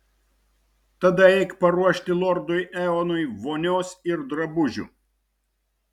tada eik paruošti lordui eonui vonios ir drabužių